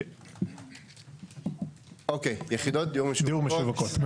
אוקיי, יחידות דיור משווקות.